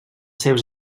seus